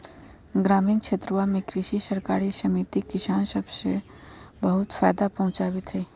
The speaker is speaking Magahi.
ग्रामीण क्षेत्रवा में कृषि सरकारी समिति किसान सब के बहुत फायदा पहुंचावीत हई